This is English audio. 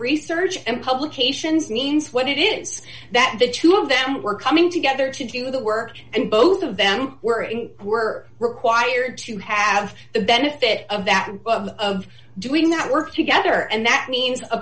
research and publications means what it is that the two of them were coming together to do the work and both of them were were required to have the benefit of that book of doing that work together and that means a